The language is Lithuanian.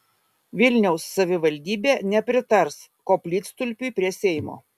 vilniaus savivaldybė nepritars koplytstulpiui prie seimo